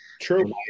True